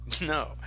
No